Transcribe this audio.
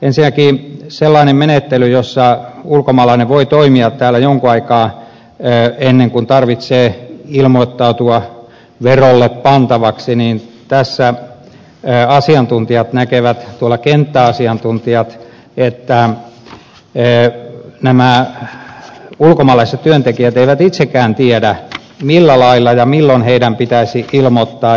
ensinnäkin sellaisen menettelyn kohdalla jossa ulkomaalainen voi toimia täällä jonkun aikaa ennen kuin tarvitsee ilmoittautua verolle pantavaksi kenttäasiantuntijat näkevät että nämä ulkomaalaiset työntekijät eivät itsekään tiedä millä lailla ja milloin heidän pitäisi ilmoittautua